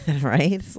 right